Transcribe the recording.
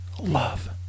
love